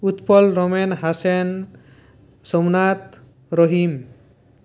উৎপল রমেন হাসেন সোমনাথ রহিম